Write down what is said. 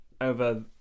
over